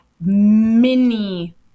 mini